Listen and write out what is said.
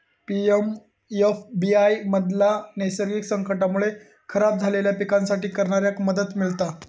PMFBY मधना नैसर्गिक संकटांमुळे खराब झालेल्या पिकांसाठी करणाऱ्याक मदत मिळता